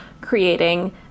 creating